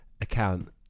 account